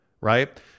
right